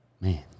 Man